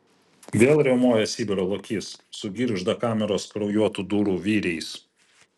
vėl riaumoja sibiro lokys sugirgžda kameros kraujuotų durų vyriais